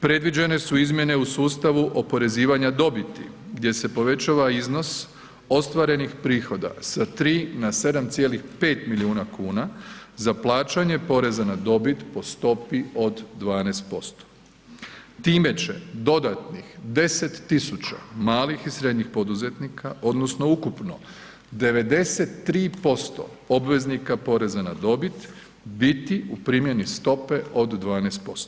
Predviđene su izmjene u sustavu oporezivanja dobiti gdje se povećava iznos ostvarenih prihoda sa 3 na 7,5 milijuna kuna za plaćanje poreza na dobit po stopi od 12%, time će dodatnih 10.000 malih i srednjih poduzetnika odnosno ukupno 93% obveznika poreza na dobit biti u primjeni stope od 12%